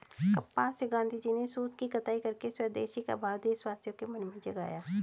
कपास से गाँधीजी ने सूत की कताई करके स्वदेशी का भाव देशवासियों के मन में जगाया